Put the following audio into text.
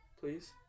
Please